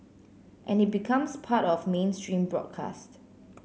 and it becomes part of mainstream broadcast